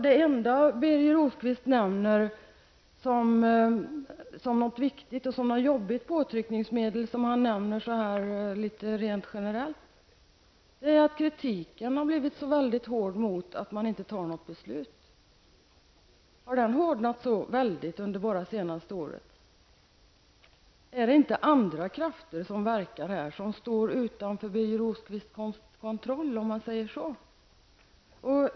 Det enda Birger Rosqvist nämner rent generellt som något viktigt och jobbigt påtryckningsmedel är att kritiken har blivit så hård mot att man inte fattar något beslut. Har den kritiken hårdnat så väldigt bara under det senaste året? Är det inte andra krafter som verkar här och som står utanför Birger Rosqvists kontroll?